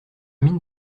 mine